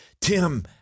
Tim